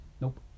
nope